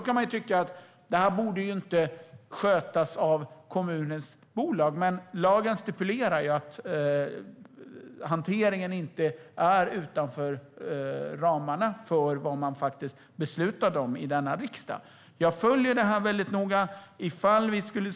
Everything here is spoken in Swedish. Man kan tycka att det inte borde skötas av kommunens bolag, men lagen stipulerar att hanteringen inte är utanför ramarna för vad riksdagen beslutade om. Jag följer detta noga.